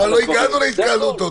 אבל לא הגענו להתקהלות עוד.